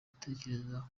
atekereza